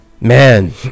Man